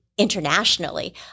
Internationally